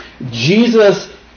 Jesus